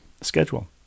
schedule